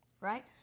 Right